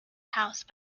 house